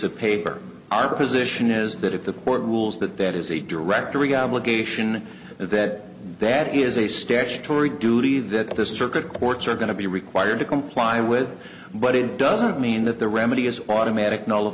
of paper our position is that if the court rules that that is a directory obligation that that is a statutory duty that the circuit courts are going to be required to comply with but it doesn't mean that the remedy is automatic